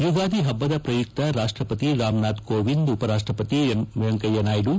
ಯುಗಾದಿ ಹಬ್ಬದ ಪ್ರಯುಕ್ತ ರಾಷ್ಷಪತಿ ರಾಮನಾಥ್ ಕೋವಿಂದ್ ಉಪರಾಷ್ಷಪತಿ ವೆಂಕಯ್ಚ ನಾಯ್ದು